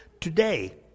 Today